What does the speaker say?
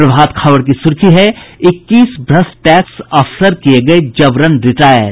प्रभात खबर की सुर्खी है इक्कीस भ्रष्ट टैक्स अफसर किये गये जबरन रिटायर